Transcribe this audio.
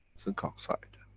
zinc oxide,